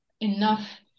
enough